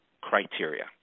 criteria